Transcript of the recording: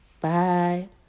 Bye